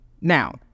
Now